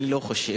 אני לא חושב.